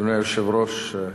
אדוני היושב-ראש,